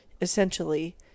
essentially